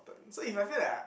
so if I feel like I